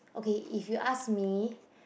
okay if you ask me